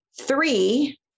three